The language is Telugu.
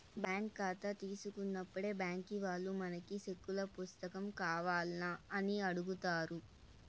బ్యాంక్ కాతా తీసుకున్నప్పుడే బ్యాంకీ వాల్లు మనకి సెక్కుల పుస్తకం కావాల్నా అని అడుగుతారు